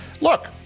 look